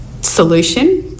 solution